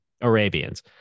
Arabians